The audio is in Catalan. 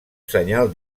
senyal